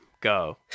go